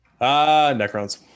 Necrons